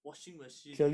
washing machine